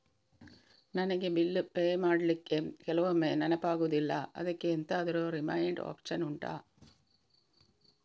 ನನಗೆ bill pay ಮಾಡ್ಲಿಕ್ಕೆ ಕೆಲವೊಮ್ಮೆ ನೆನಪಾಗುದಿಲ್ಲ ಅದ್ಕೆ ಎಂತಾದ್ರೂ ರಿಮೈಂಡ್ ಒಪ್ಶನ್ ಉಂಟಾ